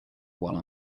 while